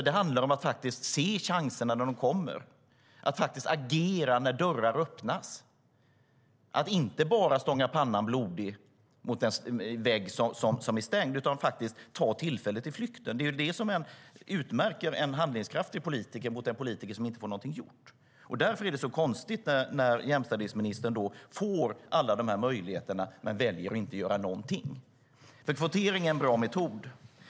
Det handlar om att se chanserna när de kommer och agera när dörrar öppnas. Det handlar om att inte bara stånga pannan blodig mot väggen som är stängd utan att ta tillfället i flykten. Det är vad som utmärker en handlingskraftig politiker i motsats till en politiker som inte får någonting gjort. Därför är det så konstigt när jämställdhetsministern får alla dessa möjligheter men väljer att inte göra någonting. Kvotering är en bra metod.